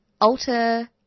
Alter